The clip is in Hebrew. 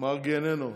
מרגי איננו.